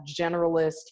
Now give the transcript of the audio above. generalist